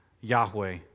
Yahweh